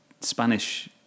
Spanish